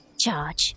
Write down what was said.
charge